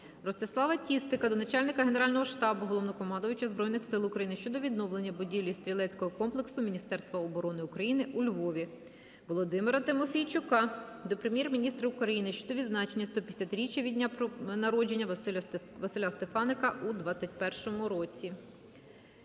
Ростислава Тістика до начальника Генерального штабу – Головнокомандувача Збройних Сил України щодо відновлення будівлі стрілецького комплексу Міністерства оборони України у Львові. Володимира Тимофійчука до Прем'єр-міністра України щодо відзначення 150-річчя від дня народження Василя Стефаника у 2021 році.